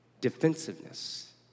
defensiveness